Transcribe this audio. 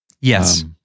Yes